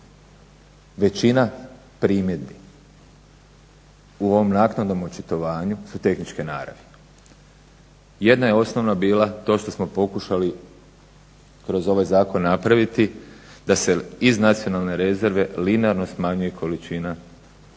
Većina primjedbi u ovom naknadnom očitovanju su tehničke naravi. Jedna je osnovna bila, to što smo pokušali kroz ovaj zakon napraviti da se iz nacionalne rezerve linearno smanji količina za